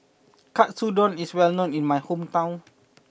Katsudon is well known in my hometown